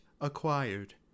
Acquired